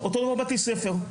אותו דבר בבתי ספר.